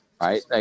right